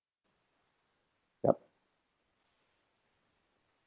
yup